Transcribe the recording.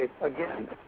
Again